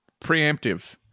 Preemptive